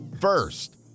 first